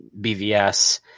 BVS